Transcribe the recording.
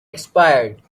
expired